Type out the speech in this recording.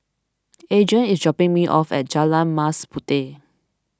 Adrien is dropping me off at Jalan Mas Puteh